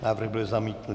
Návrh byl zamítnut.